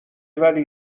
ولی